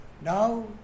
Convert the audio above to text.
Now